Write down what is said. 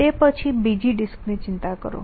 તે પછી બીજી ડિસ્ક ની ચિંતા કરો